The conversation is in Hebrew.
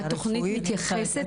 התוכנית מתייחסת לזה?